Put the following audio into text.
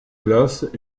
glace